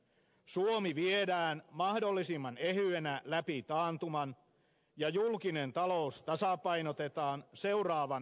suomi viedään mahdollisimman ehyenä läpi taantuman ja julkinen talous tasapainotetaan seuraavan noususuhdanteen aikana